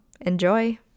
Enjoy